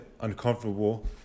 uncomfortable